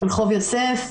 רחוב יוסף,